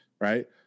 right